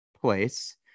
place